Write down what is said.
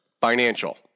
financial